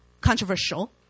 Controversial